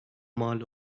mal